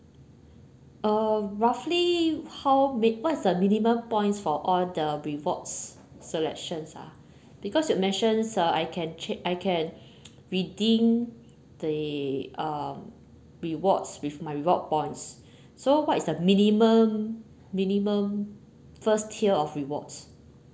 uh roughly how min~ what is the minimum points for all the rewards selections ah because you mentions uh I can change I can redeem the um rewards with my reward points so what is the minimum minimum first tier of rewards